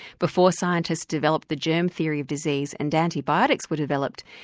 before scientists developed the germ theory of disease and antibiotics were developed,